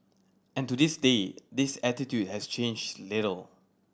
and to this day this attitude has changed little